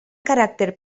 caràcter